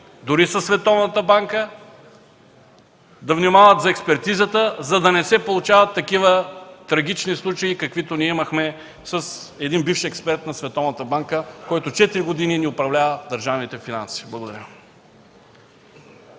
дори със Световната банка, да внимават за експертизата, за да не се получават такива трагични случаи, каквито имахме с бивш експерт на Световната банка, който четири години управлява държавните ни финанси. Благодаря.